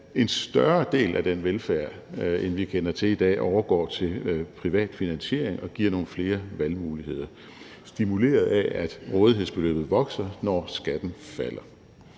en større del, end vi kender til det i dag, af velfærden overgår til privat finansiering og giver nogle flere valgmuligheder, stimuleret af, at rådighedsbeløbet vokser, når skatten falder.